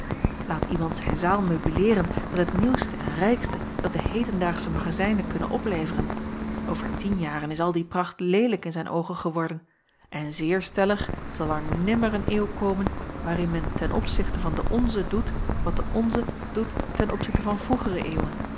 aat iemand zijn zaal meubileeren met het nieuwste en rijkste dat de hedendaagsche magazijnen kunnen opleveren over tien jaren is al die pracht leelijk in zijn oogen geworden en zeer stellig zal er nimmer een eeuw komen waarin men ten opzichte van de onze doet wat de onze doet ten opzichte van vroegere eeuwen